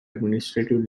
administrative